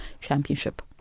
championship